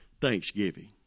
Thanksgiving